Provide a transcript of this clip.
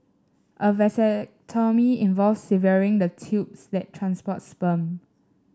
a vasectomy involves severing the tubes that transport sperm